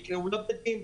נקרעו לה בדים,